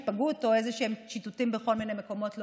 היפגעות או איזשהם שיטוטים בכל מיני מקומות,